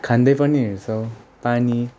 खाँदै पनि हिँड्छौँ पानी